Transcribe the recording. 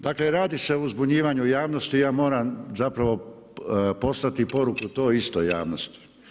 Dakle radi se o uzbunjivanju javnosti i ja moram poslati poruku toj istoj javnosti.